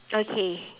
okay